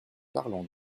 parlons